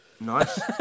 Nice